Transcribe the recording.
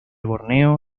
borneo